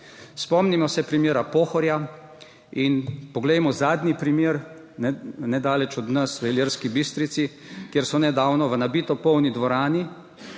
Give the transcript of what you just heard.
Spomnimo se primera Pohorja in poglejmo zadnji primer nedaleč od nas, v Ilirski Bistrici, kjer so nedavno v nabito polni dvorani